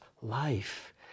life